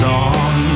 on